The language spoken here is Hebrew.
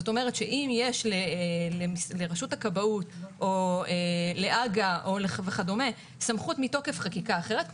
זאת אומרת שאם יש לרשות הכבאות או להג"א וכדומה סמכות מתוקף חקיקה אחרת,